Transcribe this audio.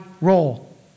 role